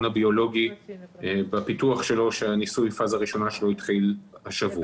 הביולוגי בפיתוח שלו בניסוי הפאזה ראשונה שלו שהתחיל השבוע.